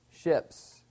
ships